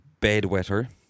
Bedwetter